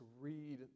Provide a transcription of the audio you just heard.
read